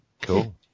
Cool